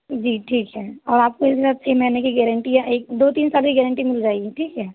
जी ठीक है और आपको इस इसके साथ तीन महीने की गारन्टी या एक दो तीन साल की गारन्टी भी मिल जाएगी ठीक है